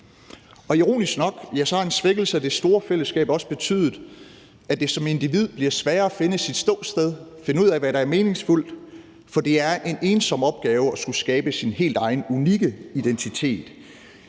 Ironisk nok har en svækkelse af det store fællesskab også betydet, at det som individ bliver sværere at finde sit ståsted, finde ud af, hvad der er meningsfuldt, for det er en ensom opgave at skulle skabe sin helt egen, unikke identitet,